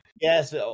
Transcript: Yes